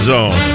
Zone